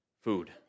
food